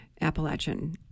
Appalachian